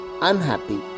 unhappy